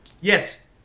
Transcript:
Yes